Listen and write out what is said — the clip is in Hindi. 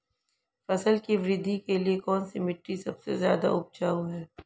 फसल की वृद्धि के लिए कौनसी मिट्टी सबसे ज्यादा उपजाऊ है?